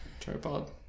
Tripod